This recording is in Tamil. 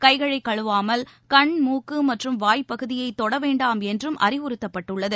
கைகளை கழுவாமல் கண் மூக்கு மற்றும் வாய் பகுதியை தொட வேண்டாம் என்றும் அறிவுறுத்தப்பட்டுள்ளது